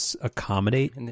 accommodate